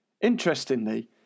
Interestingly